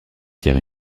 pierre